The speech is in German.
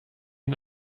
ihn